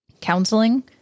counseling